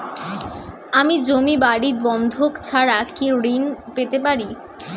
আমি জমি বাড়ি বন্ধক ছাড়া কি ঋণ পেতে পারি?